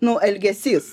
nu elgesys